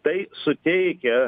tai suteikia